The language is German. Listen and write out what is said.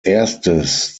erstes